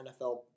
NFL